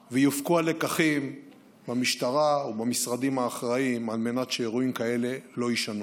ויופקו הלקחים במשטרה ובמשרדים האחראיים על מנת שאירועים כאלה לא יישנו.